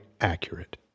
accurate